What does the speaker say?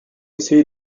essayé